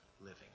living